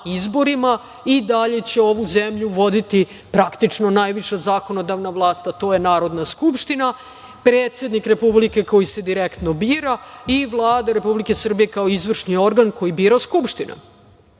i dalje će ovu zemlju voditi, praktično najviša zakonodavna vlast, a to je Narodna skupština, predsednik Republike koji se direktno bira, i Vlada Republike Srbije kao izvršni organ koji bira Skupština. Da